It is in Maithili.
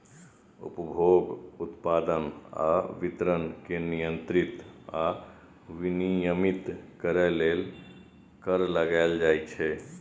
उपभोग, उत्पादन आ वितरण कें नियंत्रित आ विनियमित करै लेल कर लगाएल जाइ छै